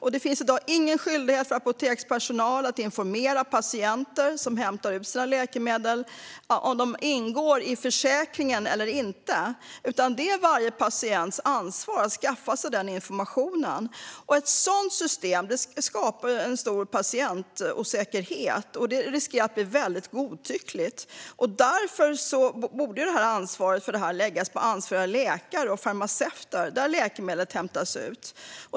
I dag finns ingen skyldighet för apotekspersonal att informera patienter om läkemedel som de hämtar ut ingår i försäkringen eller inte, utan det är varje patients ansvar att skaffa sig den informationen. Ett sådant system skapar stor patientosäkerhet och riskerar att bli godtyckligt. Därför borde ansvaret för detta läggas på ansvariga läkare och farmaceuter där läkemedlet hämtas ut.